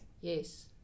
Yes